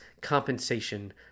compensation